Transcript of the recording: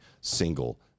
single